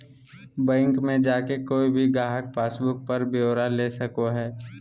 bank मे जाके कोय भी गाहक पासबुक पर ब्यौरा ले सको हय